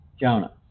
Jonah